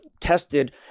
tested